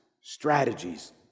strategies